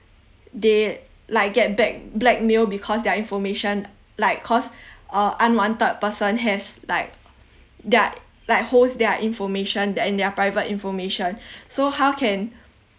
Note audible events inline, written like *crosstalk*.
they like get back blackmailed because their information like cause *breath* a unwanted person has like their like holds their information and their private information *breath* so how can